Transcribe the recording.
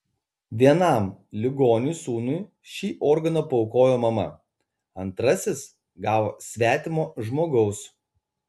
vienam ligoniui sūnui šį organą paaukojo mama antrasis gavo svetimo žmogaus